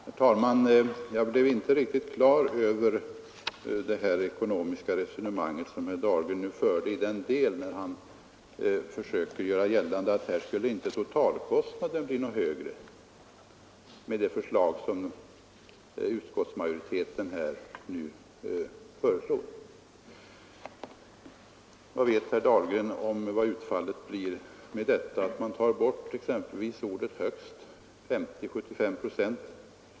Herr talman! Jag blev inte riktig klar över det ekonomiska resonemang som herr Dahlgren förde när han försökte göra gällande att totalkostnaderna inte skulle bli högre enligt utskottsmajoritetens förslag. Vad vet herr Dahlgren om vilket utfallet blir om man tar bort ordet ”högst”?